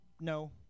No